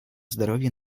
здоровья